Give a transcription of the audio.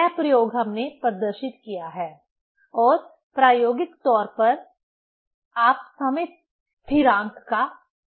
यह प्रयोग हमने प्रदर्शित किया है और प्रायोगिक तौर पर आप समय स्थिरांक का